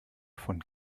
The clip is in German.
von